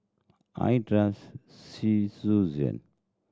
I trust